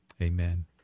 amen